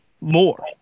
more